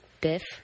Biff